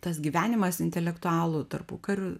tas gyvenimas intelektualų tarpukariu